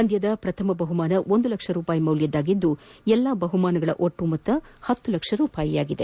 ಪಂದ್ಯದ ಪ್ರಥಮ ಬಹುಮಾನ ಒಂದು ಲಕ್ಷ ರೂಪಾಯಿ ಮೌಲ್ಯದ್ದಾಗಿದ್ದು ಎಲ್ಲ ಬಹುಮಾನಗಳ ಒಟ್ಟು ಮೊತ್ತ ಹತ್ತು ಲಕ್ಷ ರೂಪಾಯಿಗಳಾಗಿವೆ